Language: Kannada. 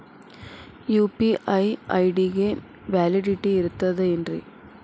ಯು.ಪಿ.ಐ ಐ.ಡಿ ಗೆ ವ್ಯಾಲಿಡಿಟಿ ಇರತದ ಏನ್ರಿ?